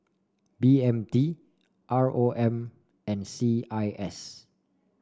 B M T R O M and C I S